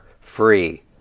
free